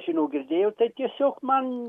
žino girdėjo tai tiesiog man